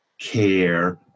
care